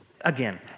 Again